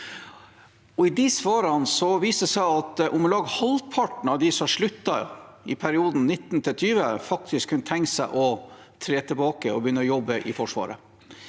i de svarene viste det seg at om lag halvparten av dem som sluttet i den perioden, faktisk kunne tenke seg å vende tilbake og begynne å jobbe i Forsvaret.